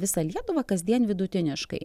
visą lietuvą kasdien vidutiniškai